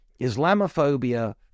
Islamophobia